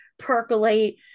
Percolate